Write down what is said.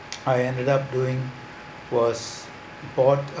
I ended up doing was bought a